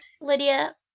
Lydia